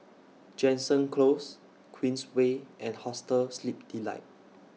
Jansen Close Queensway and Hostel Sleep Delight